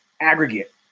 aggregate